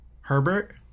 Herbert